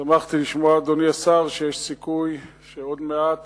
שמחתי לשמוע, אדוני השר, שיש סיכוי שעוד מעט